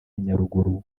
nyaruguru